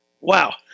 Wow